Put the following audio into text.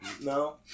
no